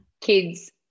kids